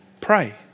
pray